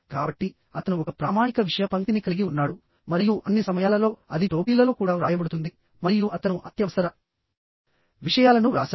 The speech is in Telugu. కాబట్టి అతను ఒక ప్రామాణిక విషయ పంక్తిని కలిగి ఉన్నాడు మరియు అన్ని సమయాలలో అది టోపీలలో కూడా వ్రాయబడుతుంది మరియు అతను అత్యవసర విషయాలను వ్రాసాడు